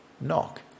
knock